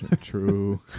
True